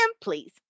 please